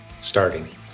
starting